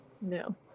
No